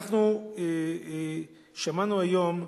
אנחנו שמענו היום,